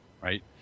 right